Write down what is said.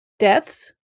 deaths